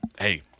Hey